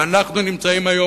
ואנחנו נמצאים היום,